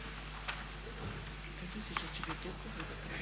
Hvala